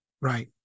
Right